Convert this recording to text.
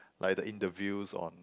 like the interviews on